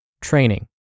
training